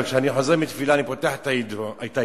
אבל כשאני חוזר מתפילה אני פותח את העיתון